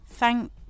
thank